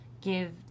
give